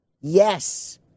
Yes